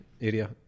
area